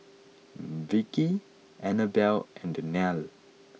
Vicky Annabel and Daniele